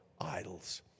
idols